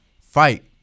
fight